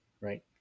right